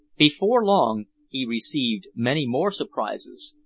before long he received many more surprises,